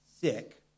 sick